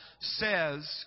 says